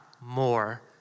more